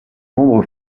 membre